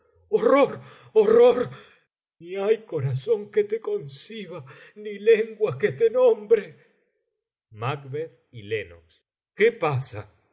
horror horror ni hay corazón que te conciba ni lengua que te nombre qué pasa